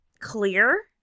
clear